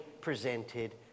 presented